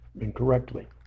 incorrectly